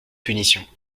punitions